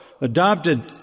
adopted